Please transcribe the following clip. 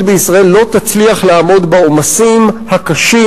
בישראל לא תצליח לעמוד בעומסים הקשים,